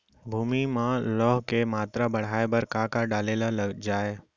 भूमि मा लौह के मात्रा बढ़ाये बर का डाले जाये?